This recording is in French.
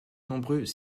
nombreux